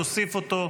נוסיף אותו.